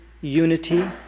unity